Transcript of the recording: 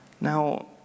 Now